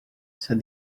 said